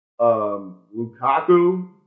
Lukaku